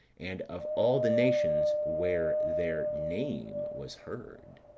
and of all the nations where their name was heard.